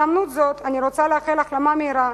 בהזדמנות זאת אני רוצה לאחל החלמה מהירה